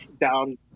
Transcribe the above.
down